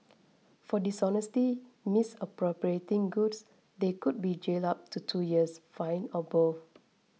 for dishonestly misappropriating goods they could be jailed up to two years fined or both